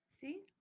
See